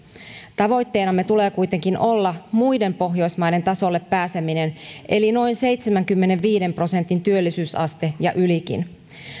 tavoitteenamme tulee kuitenkin olla muiden pohjoismaiden tasolle pääseminen eli noin seitsemänkymmenenviiden prosentin työllisyysaste ja ylikin